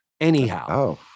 anyhow